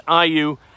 IU